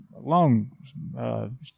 long